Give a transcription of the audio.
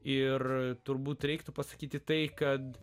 ir turbūt reiktų pasakyti tai kad